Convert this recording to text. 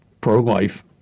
pro-life